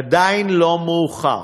עדיין לא מאוחר.